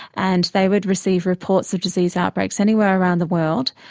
and they would receive reports of disease outbreaks anywhere around the world.